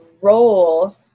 role